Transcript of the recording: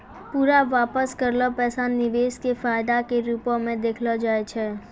पूरा वापस करलो पैसा निवेश के फायदा के रुपो मे देखलो जाय छै